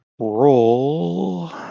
roll